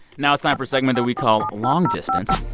now it's time for a segment that we call long distance.